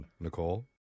Nicole